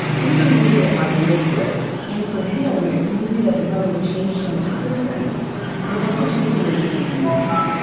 this is a movie that mark lives with, and for him it's a movie that has not only changed him as a person but has also changed the way he views movies